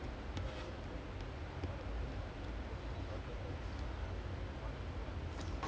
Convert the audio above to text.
err இப்போ வந்து:ippo vanthu wait oh she பாக்குறேன்:paakkuraen one one one